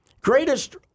greatest